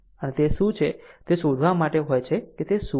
અને તે શું છે તે શોધવા માટે હોય છે કે તે શું છે